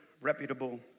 reputable